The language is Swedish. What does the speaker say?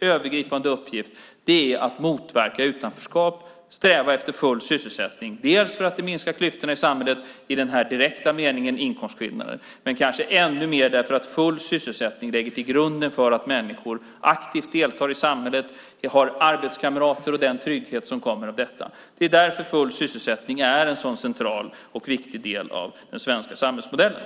övergripande uppgift är att motverka utanförskap och sträva efter full sysselsättning, bland annat för att det minskar klyftorna i samhället, i den direkta meningen inkomstskillnader, men kanske ännu mer för att full sysselsättning lägger grunden för att människor aktivt deltar i samhället, har arbetskamrater och får den trygghet som kommer av detta. Det är därför full sysselsättning är en sådan central och viktig del av den svenska samhällsmodellen.